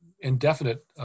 indefinite